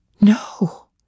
No